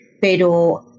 pero